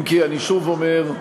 אם כי, אני שוב אומר,